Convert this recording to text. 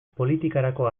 politikarako